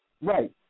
Right